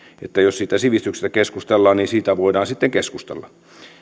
että jos siitä sivistyksestä keskustellaan niin siitä voidaan sitten keskustella